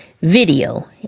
video